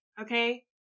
Okay